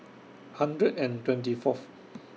one hundred and twenty Fourth